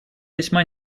весьма